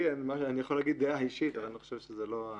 אני יכול להגיד דעה אישית, אבל זה לא המקום.